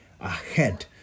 ahead